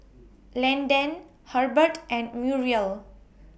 Landan Herbert and Muriel